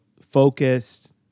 Focused